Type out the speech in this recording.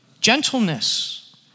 gentleness